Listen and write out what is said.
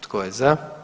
Tko je za?